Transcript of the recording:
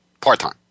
part-time